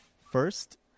First